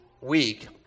week